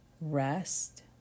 rest